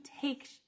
take